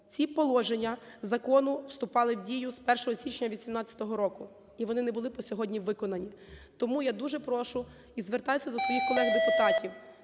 Ці положення закону вступали в дію з 1 січня 18-го року, і вони не були по сьогодні виконані. Тому я дуже прошу і звертаюсь до своїх колег депутатів.